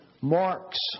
marks